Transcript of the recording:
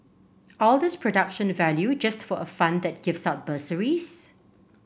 all this production value just for a fund that gives out bursaries